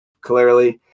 Clearly